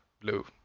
blue